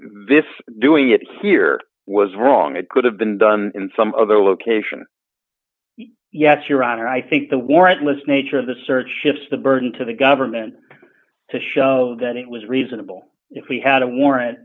this doing it here was wrong it could have been done in some other location yes your honor i think the warrantless nature of the search shifts the burden to the government to show that it was reasonable if we had a warran